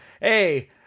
Hey